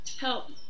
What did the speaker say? help